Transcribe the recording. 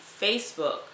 Facebook